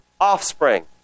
offspring